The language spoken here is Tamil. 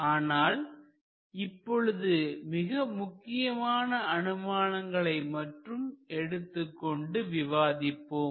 ஆனால் இப்பொழுது மிக முக்கியமான அனுமானங்களை மட்டும் எடுத்துக்கொண்டு விவாதிப்போம்